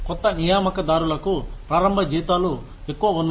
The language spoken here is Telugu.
కొత్త నియామక దారులకు ప్రారంభ జీతాలు ఎక్కువ ఉన్నాయి